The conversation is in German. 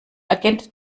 agent